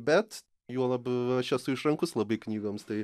bet juolab aš esu išrankus labai knygoms tai